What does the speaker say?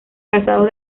casados